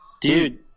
Dude